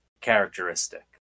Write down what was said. characteristic